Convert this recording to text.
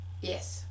Yes